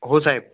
हो साहेब